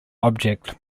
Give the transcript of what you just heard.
object